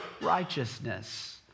righteousness